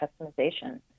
customization